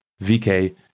VK